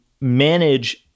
manage